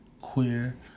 queer